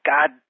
God